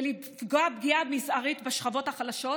ולפגוע פגיעה מזערית בשכבות החלשות,